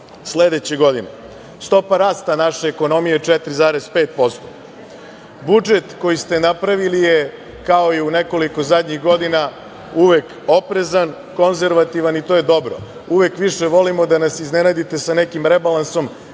sledeće godine. Stopa rasta naše ekonomije je 4,5%.Budžet koji ste napravili je kao i u nekoliko zadnjih godina uvek oprezan, konzervativan i to je dobro. Uvek više volimo da nas iznenadite sa nekim rebalansom